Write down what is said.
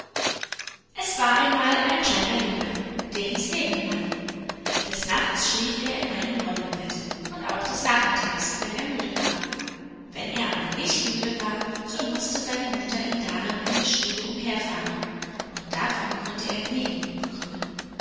es war einmal ein kleiner junge der hieß häwelmann des nachts schlief er in einem rollenbett und auch des nachmittags wenn er müde war wenn er aber nicht müde war so mußte seine mutter ihn darin in der stube umherfahren und davon konnte er nie genug bekommen